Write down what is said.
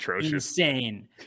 insane